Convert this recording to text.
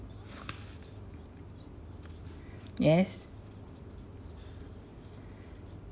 yes